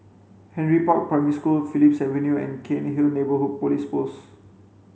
Henry Park Primary School Phillips Avenue and Cairnhill Neighbourhood Police Post